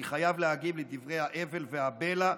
אני חייב להגיב לדברי ההבל והבלע,